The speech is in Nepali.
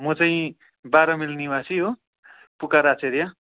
म चाहिँ बाह्र माइल निवासी हो पुकार आचार्य